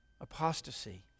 apostasy